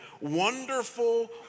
wonderful